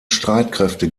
streitkräfte